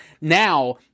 Now